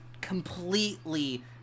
completely